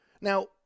Now